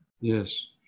Yes